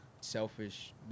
selfish